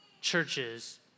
churches